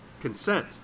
consent